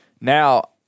now